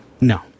No